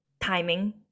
timing